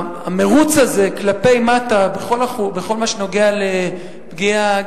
המירוץ הזה כלפי מטה בכל מה שנוגע לפגיעה,